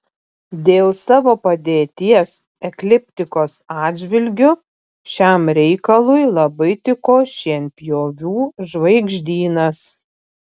dėl savo padėties ekliptikos atžvilgiu šiam reikalui labai tiko šienpjovių žvaigždynas